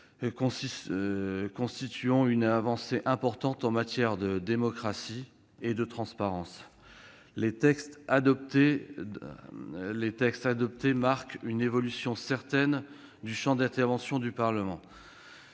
constitue une avancée importante en matière de démocratie et de transparence. Les textes adoptés marquent une évolution certaine du champ d'intervention du Parlement.